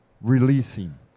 releasing